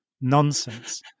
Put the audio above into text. nonsense